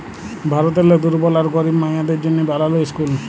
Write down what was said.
ভারতেরলে দুর্বল আর গরিব মাইয়াদের জ্যনহে বালাল ইসকুল